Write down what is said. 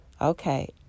Okay